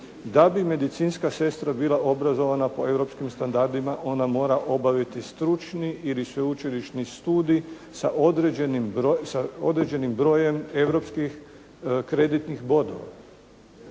da bi medicinska sestra bila obrazovana po europskim standardima ona mora obaviti stručni ili sveučilišni studij sa određenim brojem europskih kreditnih bodova.